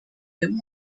them